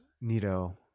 Nito